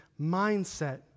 mindset